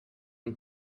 and